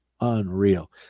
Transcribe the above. unreal